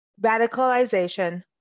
radicalization